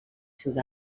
sud